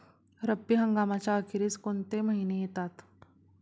रब्बी हंगामाच्या अखेरीस कोणते महिने येतात?